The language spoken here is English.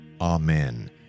Amen